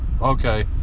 Okay